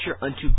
unto